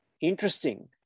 interesting